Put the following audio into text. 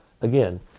Again